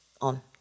on